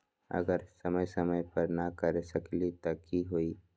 अगर समय समय पर न कर सकील त कि हुई?